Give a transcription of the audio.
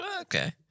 Okay